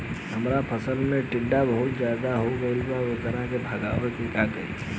हमरा फसल में टिड्डा बहुत ज्यादा हो गइल बा वोकरा के भागावेला का करी?